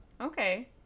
Okay